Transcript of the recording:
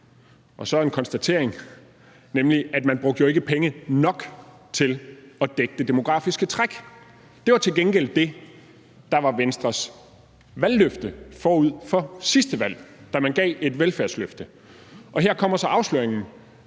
Og så en konstatering: Man brugte jo ikke penge nok til at dække det demografiske træk, hvilket ellers var det, der var Venstres valgløfte forud for sidste valg, da man gav et velfærdsløfte. Og her kommer så afsløringen: